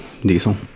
Diesel